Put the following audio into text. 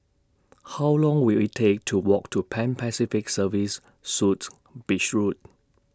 How Long Will IT Take to Walk to Pan Pacific Serviced Suites Beach Road